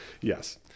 Yes